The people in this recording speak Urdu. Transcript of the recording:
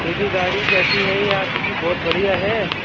پھر بھی گاڑی کیسی ہے یا آپ کی بہت بڑھیا ہے